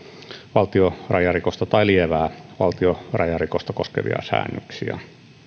valtionrajarikosta tai lievää valtionrajarikosta koskevia säännöksiä